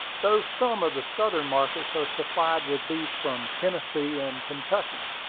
though some of the southern markets are supplied with beef from tennessee and kentucky.